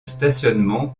stationnement